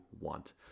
want